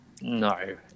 no